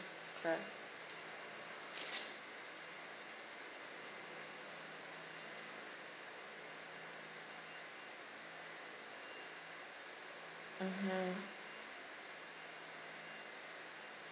mmhmm